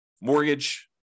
mortgage